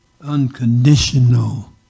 unconditional